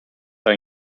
are